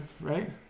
right